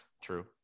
true